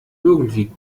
irgendwie